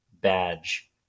badge